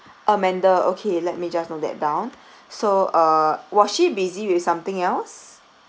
amanda okay let me just note that down so uh was she busy with something else